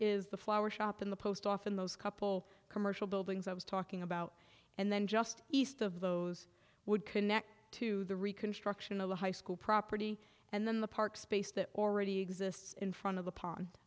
is the flower shop in the post often those couple commercial buildings i was talking about and then just east of those would connect to the reconstruction of the high school property and then the park space that already exists in front of the pond